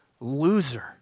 loser